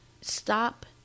stop